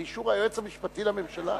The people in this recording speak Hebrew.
באישור היועץ המשפטי לממשלה.